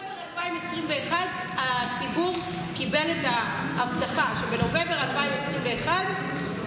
מאוקטובר 2021 הציבור קיבל את ההבטחה שבנובמבר 2021,